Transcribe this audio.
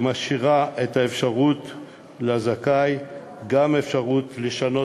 והיא גם משאירה לזכאי את האפשרות לשנות